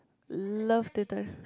love teh tarik